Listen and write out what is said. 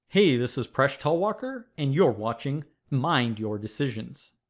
hey, this is presh talwalkar and you're watching mind your decisions